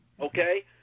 okay